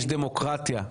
יש דמוקרטיה.